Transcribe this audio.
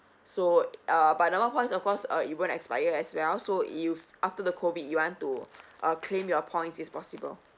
so uh but the mile points of course uh it won't expire as well so if after the COVID you want to uh claim your points is possible